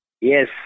yes